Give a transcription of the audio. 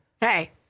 Hey